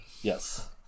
Yes